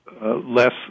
less